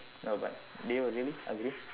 no but do you really agree